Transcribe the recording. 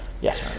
Yes